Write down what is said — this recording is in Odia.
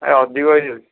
ଭାଇ ଅଧିକ ହେଇଯାଉଛି